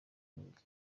n’ubuzima